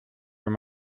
wenn